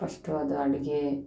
ಕಷ್ಟವಾದ ಅಡುಗೆ